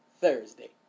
Thursday